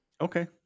Okay